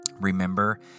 remember